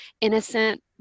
innocent